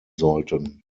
sollten